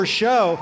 show